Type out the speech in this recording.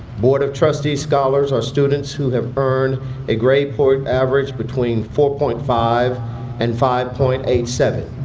board of trustees scholars are students who have earned a grade point average between four point five and five point eight seven.